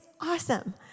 awesome